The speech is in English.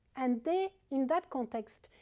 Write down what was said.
and there, in that context,